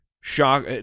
shock –